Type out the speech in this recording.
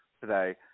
today